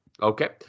Okay